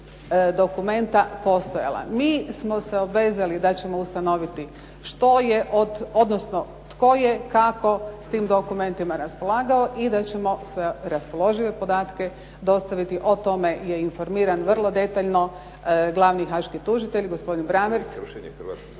dokumenta postojala. Mi smo se obvezali da ćemo ustanoviti što je odnosno tko je, kako s tim dokumentima raspolagao i da ćemo sve raspoložive podatke dostaviti. O tome je informiran vrlo detaljno glavni haaški tužitelj, gospodin Brammertz